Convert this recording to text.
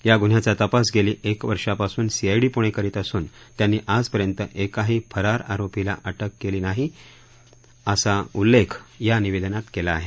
या गुन्ह्याचा तपास गेली एक वर्षापासून सीआयडी पुणे करीत असून त्यांनी आजपर्यंत एकाही फरार आरोपीला अटक केली नाही असा उल्लेख या निवेदनात केला आहे